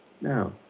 Now